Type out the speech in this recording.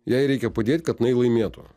jei reikia padėt kad laimėtų